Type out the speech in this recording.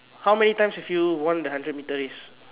how many times have you won the hundred metre race